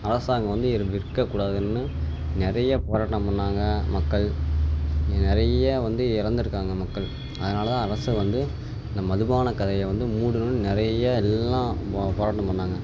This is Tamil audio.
அரசாங்கம் வந்து இதை விற்கக்கூடாதுன்னு நிறைய போராட்டம் பண்ணாங்க மக்கள் நிறையா வந்து இறந்துருக்காங்க மக்கள் அதனால் தான் அரசு வந்து இந்த மதுபானக் கடையை வந்து மூடணுன்னு நிறைய எல்லாம் போ போராட்டம் பண்ணாங்க